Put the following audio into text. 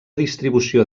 distribució